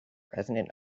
resonant